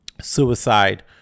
Suicide